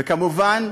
וכמובן,